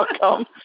welcome